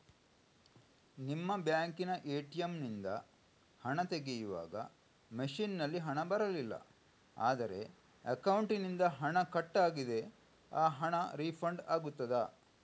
ನಿಮ್ಮ ಬ್ಯಾಂಕಿನ ಎ.ಟಿ.ಎಂ ನಿಂದ ಹಣ ತೆಗೆಯುವಾಗ ಮಷೀನ್ ನಲ್ಲಿ ಹಣ ಬರಲಿಲ್ಲ ಆದರೆ ಅಕೌಂಟಿನಿಂದ ಹಣ ಕಟ್ ಆಗಿದೆ ಆ ಹಣ ರೀಫಂಡ್ ಆಗುತ್ತದಾ?